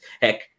Heck